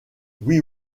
oui